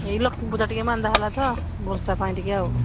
ଏଇ ଲକ୍ଷ୍ମୀ ପୂଜା ଟିକେ ମାନ୍ଦା ହେଲା ତ ବର୍ଷା ପାଇଁ ଟିକେ ଆଉ